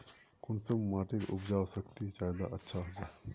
कुंसम माटिर उपजाऊ शक्ति ज्यादा अच्छा होचए?